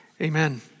Amen